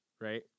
Right